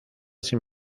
sin